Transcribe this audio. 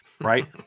right